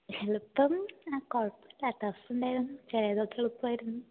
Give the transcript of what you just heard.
എളുപ്പം ആ കുഴപ്പമില്ല ടഫുണ്ടായിരുന്നു ചിലതൊക്കെ എളുപ്പമായിരുന്നു